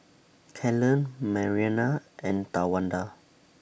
Kellan Marianna and Towanda